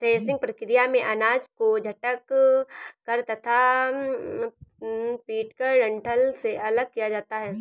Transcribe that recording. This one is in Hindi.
थ्रेसिंग प्रक्रिया में अनाज को झटक कर तथा पीटकर डंठल से अलग किया जाता है